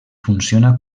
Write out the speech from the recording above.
funciona